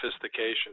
sophistication